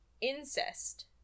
incest